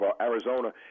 Arizona